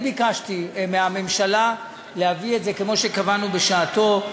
אני ביקשתי מהממשלה להביא את זה כמו שקבענו בשעתנו,